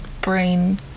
brain